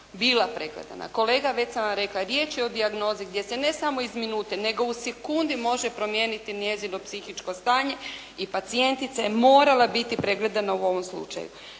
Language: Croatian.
bila pregledana. Kolega već sam vam rekla. Riječ je o dijagnozi gdje se ne samo iz minute nego u sekundi može promijeniti njezino psihičko stanje i pacijentica je morala biti pregledana u ovom slučaju.